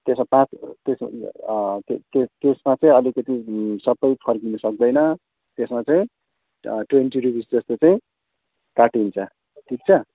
त्यसो भए अँ त्यो त्यो त्यसमा चाहिँ अलिकति सबै फर्किन सक्दैन त्यसमा चाहिँ त्यो चार्ज त्यो चाहिँ काटिन्छ ठिक छ